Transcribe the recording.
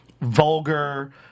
vulgar